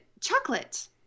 Chocolate